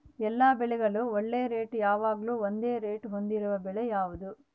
ಎಲ್ಲ ಬೆಳೆಗಳಿಗೆ ಒಳ್ಳೆ ರೇಟ್ ಯಾವಾಗ್ಲೂ ಒಂದೇ ರೇಟ್ ಹೊಂದಿರುವ ಬೆಳೆ ಯಾವುದು?